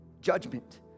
judgment